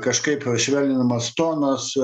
kažkaip švelninamas tonas